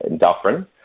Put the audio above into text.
Dufferin